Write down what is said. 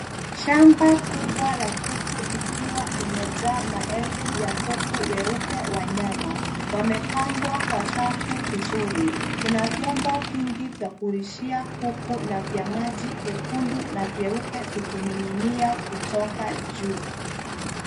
Shamba kubwa la kuku likiwa limejaa maelfu ya kuku weupe wa nyama. Wamepangwa kwa safu vizuri. Kuna vyombo vingi vya kulishia kuku na vya maji vyekundu na vyeupe vikining'inia kutoka juu.